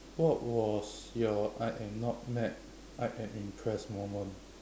what was your I am not mad I am impressed moment